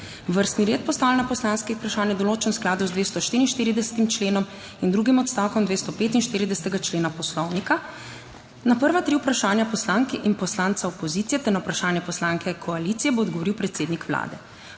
Vrstni red postavljanja poslanskih vprašanj je določen v skladu z 244. členom in drugim odstavkom 245. člena Poslovnika. Na prva tri vprašanja poslanke in poslancev opozicije ter na vprašanja poslanke koalicije bo odgovoril predsednik Vlade.